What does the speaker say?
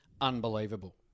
unbelievable